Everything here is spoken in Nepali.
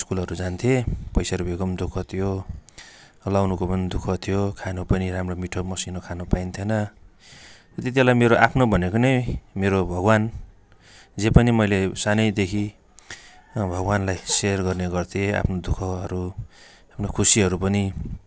स्कुलहरू जान्थेँ पैसा रुपियाँको पनि दुःख थियो लाउनुको पनि दुःख थियो खानु पनि राम्रो मिठो मसिनो खानु पाइन्थेन त्यतिबेला मेरो आफ्नो भनेको नै मरो भगवान् जे पनि मैले सानैदेखि भगवान्लाई सेयर गर्ने गर्थेँ आफ्नो दुःखहरू आफ्नो खुसीहरू पनि